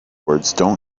passwords